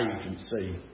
agency